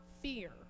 fear